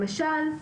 למשל,